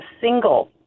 single